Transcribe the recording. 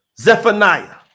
Zephaniah